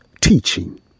teaching